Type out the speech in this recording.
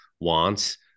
wants